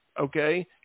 okay